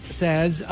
says